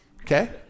Okay